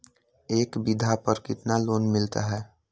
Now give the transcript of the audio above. एक बीघा पर कितना लोन मिलता है?